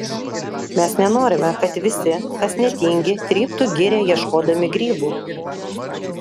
mes nenorime kad visi kas netingi tryptų girią ieškodami grybų